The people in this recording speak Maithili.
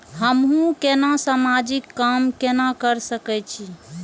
हमू केना समाजिक काम केना कर सके छी?